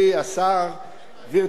גברתי סגנית השר,